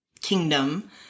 kingdom